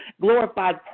glorified